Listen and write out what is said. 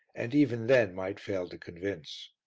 and even then might fail to convince.